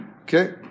Okay